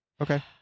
okay